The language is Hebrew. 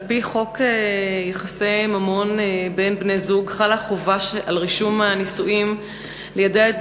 על-פי חוק יחסי ממון בין בני-זוג חלה חובה על רשם הנישואים ליידע את